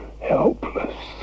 Helpless